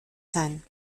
sein